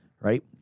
right